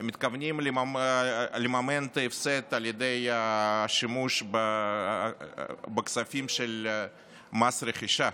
הם מתכוונים לממן את ההפסד על ידי שימוש בכספים של מס רכישה,